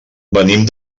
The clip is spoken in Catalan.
venim